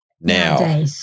now